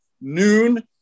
noon